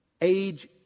Age